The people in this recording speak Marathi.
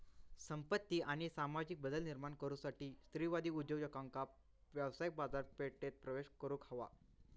संपत्ती आणि सामाजिक बदल निर्माण करुसाठी स्त्रीवादी उद्योजकांका व्यावसायिक बाजारपेठेत प्रवेश करुक हवा